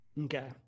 Okay